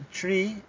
tree